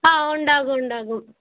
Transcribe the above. ആ ഉണ്ടാകും ഉണ്ടാകും